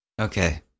Okay